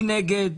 מי נגד?